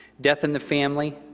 death in the family,